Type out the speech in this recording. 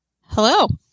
Hello